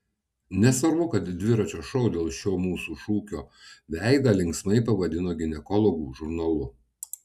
nesvarbu kad dviračio šou dėl šio mūsų šūkio veidą linksmai pavadino ginekologų žurnalu